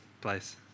place